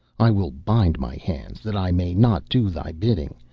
i will bind my hands that i may not do thy bidding,